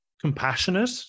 compassionate